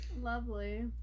Lovely